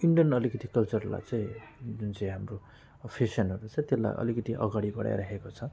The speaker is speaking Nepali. इन्डियन अलिकति कल्चरलाई चाहिँ जुन चाहिँ हाम्रो फेसनहरू छ त्यसलाई अलिकति अगाडि बढाइराखेको छ